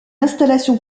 installation